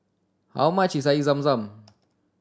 how much is Air Zam Zam